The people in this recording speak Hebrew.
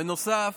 בנוסף,